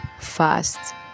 fast